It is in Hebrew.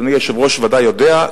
אדוני היושב-ראש ודאי יודע,